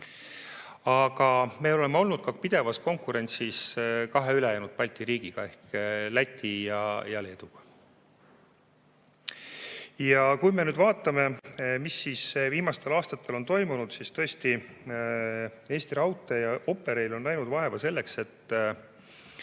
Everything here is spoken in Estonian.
Aga me oleme olnud ka pidevas konkurentsis kahe ülejäänud Balti riigiga ehk Läti ja Leeduga. Vaatame, mis siis viimastel aastatel on toimunud. Tõesti, Eesti Raudtee ja Operail on näinud vaeva selleks, et